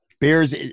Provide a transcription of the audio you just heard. Bears